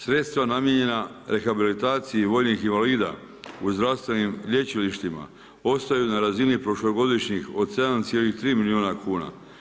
Sredstva namijenjena rehabilitaciji vojnih invalida u zdravstvenim lječilištima ostaju na razini prošlogodišnjih od 7,3 milijuna kuna.